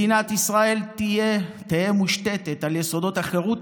מדינת ישראל "תהא מושתתת על יסודות החירות,